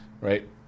right